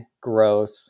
growth